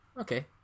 Okay